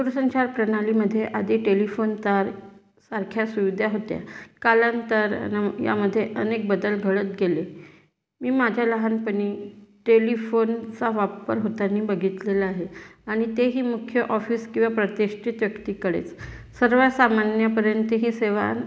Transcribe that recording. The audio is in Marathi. दूरसंचार प्रणालीमध्ये आधी टेलिफोन तार सारख्या सुविधा होत्या कालांतरानं यामध्ये अनेक बदल घडत गेले मी माझ्या लहानपणी टेलिफोनचा वापर होताना बघितलेला आहे आणि तेही मुख्य ऑफिस किंवा प्रतिष्ठित व्यक्तीकडेच सर्व सामान्यापर्यंत ही सेवा